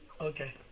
Okay